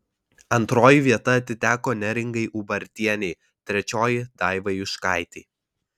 antroji vieta atiteko neringai ubartienei trečioji daivai juškaitei